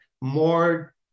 more